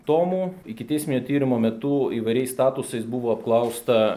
tomų ikiteisminio tyrimo metu įvairiais statusais buvo apklausta